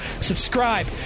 Subscribe